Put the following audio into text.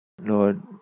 Lord